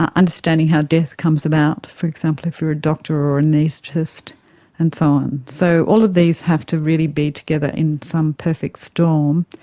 ah understanding how death comes about, for example if you are a doctor or an anaesthetist and so on. so all of these have do really be together in some perfect storm,